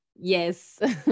Yes